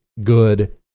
good